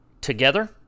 together